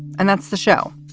and that's the show.